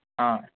ആ